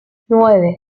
nueve